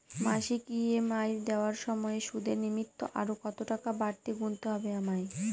মাসিক ই.এম.আই দেওয়ার সময়ে সুদের নিমিত্ত আরো কতটাকা বাড়তি গুণতে হবে আমায়?